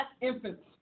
infants